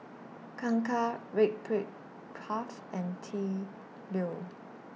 Kangkar Red Brick Path and T Leo